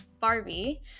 Barbie